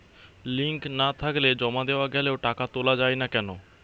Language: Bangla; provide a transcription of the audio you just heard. লিঙ্ক না থাকলে জমা দেওয়া গেলেও টাকা তোলা য়ায় না কেন?